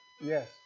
Yes